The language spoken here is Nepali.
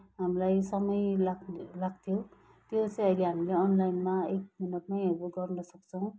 हामीलाई समय लाग लाग्थ्यो त्यो चाहिँ अहिले हामीले अनलाइनमै एक मिनेटमै अब गर्नसक्छौँ